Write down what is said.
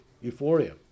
euphoria